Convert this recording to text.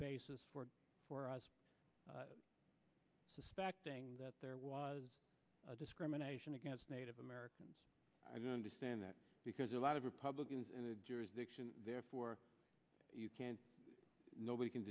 basis for us suspecting that there was a discrimination against native americans i don't understand that because a lot of republicans in the jurisdiction therefore you can't nobody can